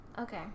Okay